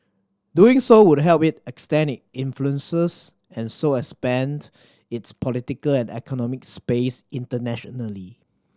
doing so would help it extend it influences and so expand its political and economic space internationally